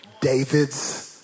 David's